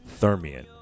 Thermion